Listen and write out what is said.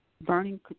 burning